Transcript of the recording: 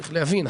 צריך להבין,